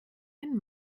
ein